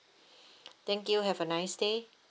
thank you have a nice day